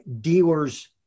dealers